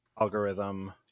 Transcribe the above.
algorithm